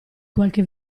qualche